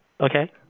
okay